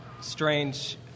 strange